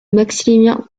maximilien